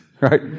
right